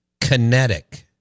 Kinetic